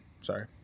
Sorry